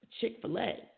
Chick-fil-A